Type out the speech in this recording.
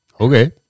okay